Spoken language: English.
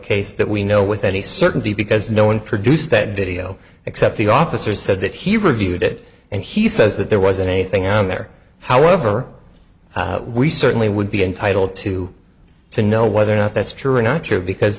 case that we know with any certainty because no one produced that video except the officer said that he reviewed it and he says that there wasn't anything on there however we certainly would be entitled to to know whether or not that's true or not true because